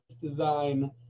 design